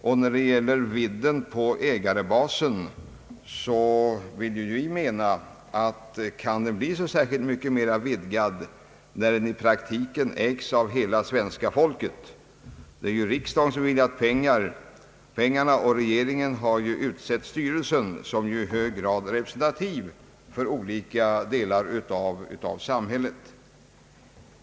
Vad sedan beträffar vidden på ägarbasen så undrar vi om den kan bli så mycket mer vidgad när den i praktiken ägs av hela svenska folket. Det är ju riksdagen som beviljat pengarna, och regeringen har utsett styrelsen, som i hög grad är representativ för olika områden av samhällslivet.